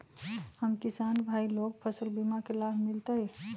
हम किसान भाई लोग फसल बीमा के लाभ मिलतई?